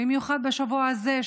במיוחד בשבוע הזה,